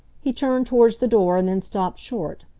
he turned towards the door and then stopped short.